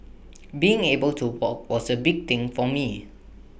being able to walk was A big thing for me